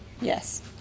Yes